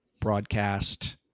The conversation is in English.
broadcast